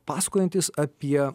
pasakojantis apie